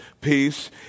peace